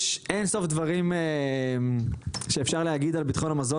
יש אין סוף דברים שאפשר להגיד על ביטחון המזון